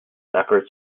efforts